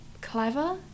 clever